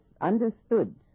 understood